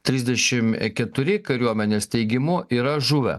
trisdešim keturi kariuomenės teigimu yra žuvę